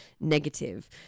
negative